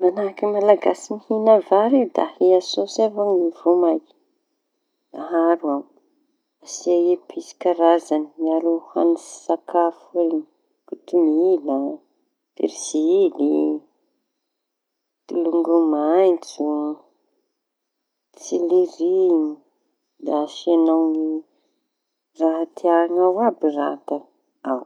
Manahaky malagasy mihiña vary da ahia saôsy avao ny voamaîky da aharo ao. Asia episy karazañy miaro hañitsy sakafo reñy kotomila, persily, tolongo metso, seleria da asiañao raha tiañao jiaby.